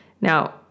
Now